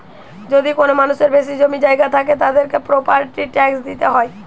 যদি কোনো মানুষের বেশি জমি জায়গা থাকে, তাদেরকে প্রপার্টি ট্যাক্স দিইতে হয়